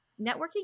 networking